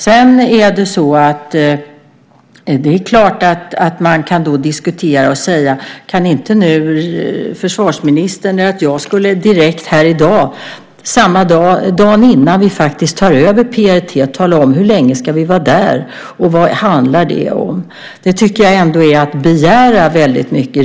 Sedan är det klart att man dagen innan vi faktiskt tar över PRT kan be mig tala om hur länge vi ska vara där och vad det handlar om. Det tycker jag dock är att begära väldigt mycket.